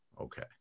Okay